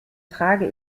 trage